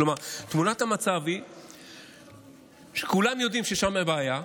כלומר, תמונת המצב היא שכולם יודעים ששם הבעיה,